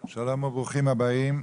שלום רב וברוכים הבאים